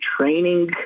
training